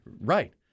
Right